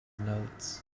notes